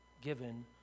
given